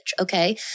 okay